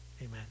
Amen